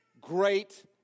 great